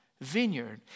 vineyard